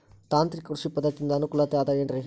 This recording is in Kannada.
ತಾಂತ್ರಿಕ ಕೃಷಿ ಪದ್ಧತಿಯಿಂದ ಅನುಕೂಲತೆ ಅದ ಏನ್ರಿ?